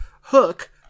Hook